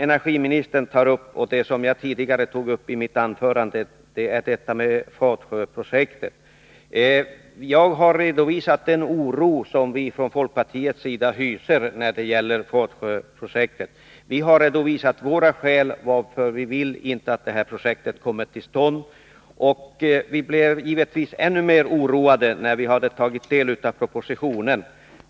Energiministern tog också upp frågan om Fatsjöprojektet, som jag behandlade i mitt anförande. Jag har redovisat den oro som vi ifrån folkpartiets sida hyser när det gäller Fatsjöprojektet och redogjort för våra skäl för att detta projekt inte skall komma till stånd. Vi blev givetvis ännu mer oroade när vi hade tagit del av propositionen.